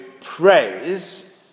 praise